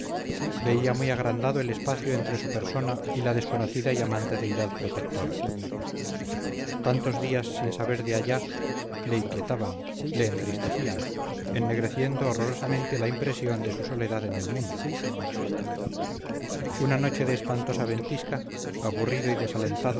veía muy agrandado el espacio entre su persona y la desconocida y amante deidad protectora tantos días sin saber de allá le inquietaban le entristecían ennegreciendo horrorosamente la impresión de su soledad en el mundo una noche de espantosa ventisca aburrido y desalentado